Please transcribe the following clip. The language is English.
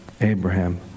Abraham